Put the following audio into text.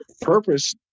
purpose